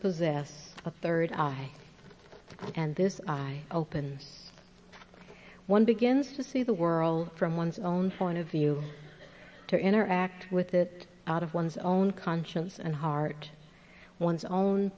possess a third eye and this i open one begins to see the world from one's own find a view to interact with it out of one's own conscience and heart one's own